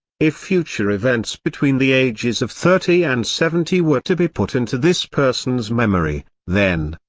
if future events between the ages of thirty and seventy were to be put into this person's memory, then,